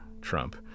Trump